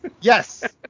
Yes